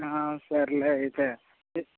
సరేలే అయితే